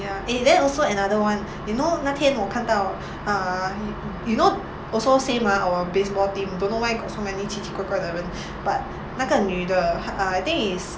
ya eh then also another [one] you know 那天我看到 uh you know also same ah our baseball team don't know why got so many 奇奇怪怪的人 but 那个女的 uh 她 I think is